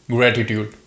Gratitude